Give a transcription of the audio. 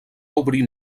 obrir